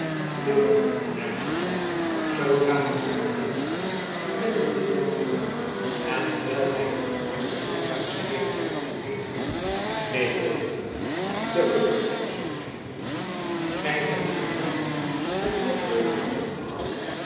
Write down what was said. herhaalde hy zoodra hy zich alleen bejacob van lennep elizabeth musch vond met een bitteren glimlach en terwijl hy het vertrek met langzame schreden op en neder liep neen voor den duivel terug zult gy niet gy hebt u vrijwillig het net over t hoofd gehaald